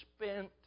spent